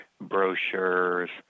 brochures